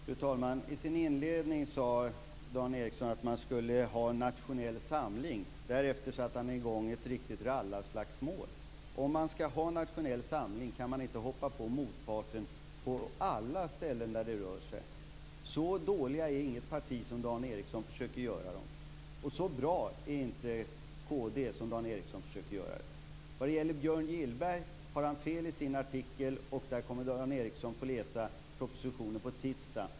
Fru talman! I sin inledning sade Dan Ericsson att man skulle ha nationell samling. Därefter satte han i gång ett riktigt rallarslagsmål. Om man skall ha nationell samling kan man inte hoppa på motparten på alla ställen där det rör sig. Så dåliga är inga partier som Dan Ericsson försöker göra dem. Och så bra är inte kd som Dan Ericsson försöker göra det. Vad det gäller Björn Gillberg har han fel i sin artikel. Dan Ericsson kommer att få läsa propositionen på tisdag.